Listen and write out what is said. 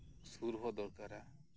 ᱥᱳᱨᱦᱚᱸ ᱫᱚᱨᱠᱟᱨᱟ